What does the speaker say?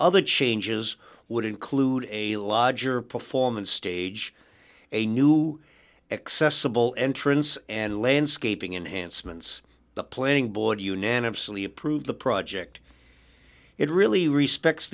other changes would include a lodger performance stage a new accessible entrance and landscaping enhancements the planning board unanimously approved the project it really respects